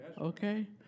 okay